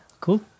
Cool